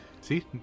See